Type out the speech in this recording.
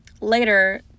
later